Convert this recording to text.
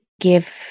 give